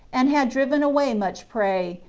and had driven away much prey,